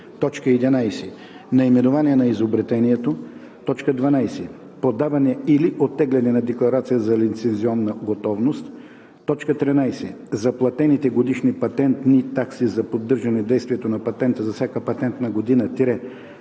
11. наименование на изобретението; 12. подаване/оттегляне на декларация за лицензионна готовност; 13. заплатените годишни патентни такси за поддържане действието на патента за всяка патентна година